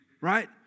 right